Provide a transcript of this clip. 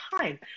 time